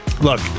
Look